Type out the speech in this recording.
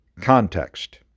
context